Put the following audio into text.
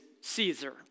Caesar